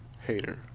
hater